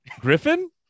griffin